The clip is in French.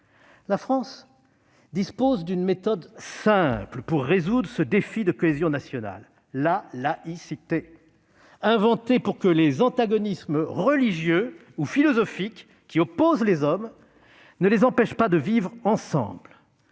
La France dispose d'une méthode simple pour résoudre ce défi de cohésion nationale : la laïcité, inventée pour que les antagonismes religieux ou philosophiques qui opposent les hommes ne les empêchent pas de vivre ensemble.